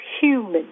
human